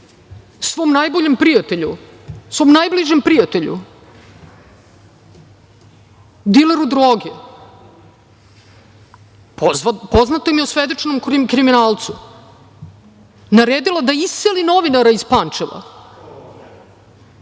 svom najboljem prijatelju, svom najbližem prijatelju, dileru droge, poznatom i osvedočenom kriminalcu naredila da iseli novinara iz Pančeva.